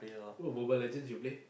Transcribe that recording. what Mobile Legends you play